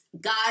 God